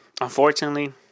unfortunately